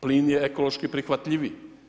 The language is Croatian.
Plin je ekološki prihvatljiviji.